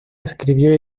escribió